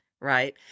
right